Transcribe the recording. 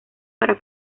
para